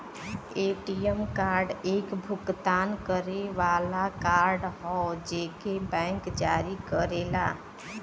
ATM card एक भुगतान करे वाला कार्ड हौ जेके बैंक जारी करेला